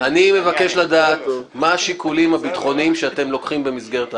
אני מבקש לדעת מה השיקולים הביטחוניים שאתם לוקחים במסגרת ההחלטה.